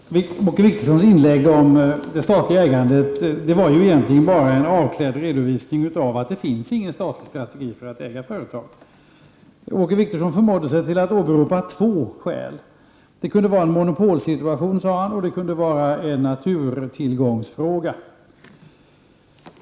Herr talman! Åke Wictorssons inlägg om det statliga ägandet var egentligen bara en avklädd redovisning av att det inte finns någon statlig strategi för att äga företag. Åke Wictorsson förmådde sig till att åberopa två skäl. Det kunde vara en monopolsituation, och det kunde vara en naturtillgångsfråga.